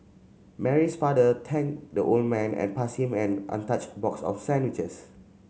Mary's father thanked the old man and passed him an untouched box of sandwiches